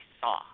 saw